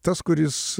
tas kuris